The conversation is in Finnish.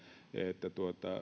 että